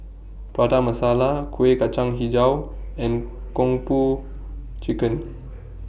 Prata Masala Kuih Kacang Hijau and Kung Po Chicken